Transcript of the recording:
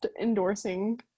endorsing